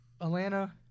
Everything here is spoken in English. Atlanta